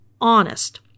honest